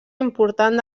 important